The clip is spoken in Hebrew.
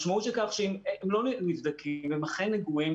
משמעות של זה היא שאם הם לא נבדקים ואם הם אכן נגועים,